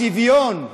בשוויון.